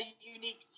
unique